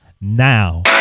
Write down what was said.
now